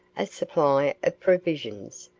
a supply of provisions,